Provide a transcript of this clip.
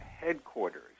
headquarters